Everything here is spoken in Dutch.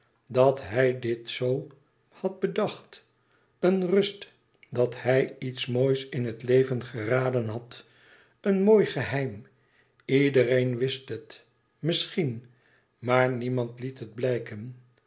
dat hij dit zoo had bedacht een rust dat hij iets moois in het leven geraden had een mooi geheim iedereen wist het misschien maar niemand liet het blijken